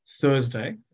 Thursday